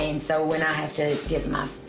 and so when i have to give my